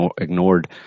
ignored